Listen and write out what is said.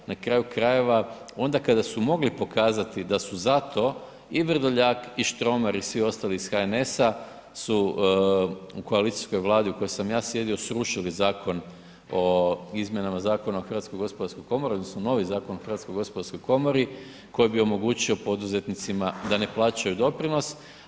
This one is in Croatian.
Na kraju krajeva onda kada su mogli pokazati da su za to i Vrdoljak i Štromar i svi ostali ih HNS-a su u koalicijskoj Vladi u kojoj sam ja sjedio srušili zakon o, Izmjenama Zakona o HGK-u, odnosno novi zakon o HGK-u koji bi omogućio poduzetnicima da ne plaćaju doprinos.